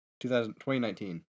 2019